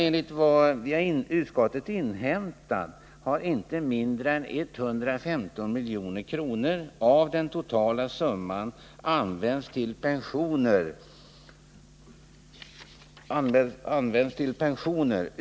Enligt vad utskottet inhämtat har inte mindre än 115 milj.kr. av den totala summan använts till pensioner.